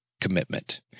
commitment